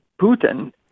Putin